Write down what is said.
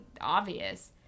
obvious